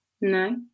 No